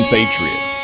Patriots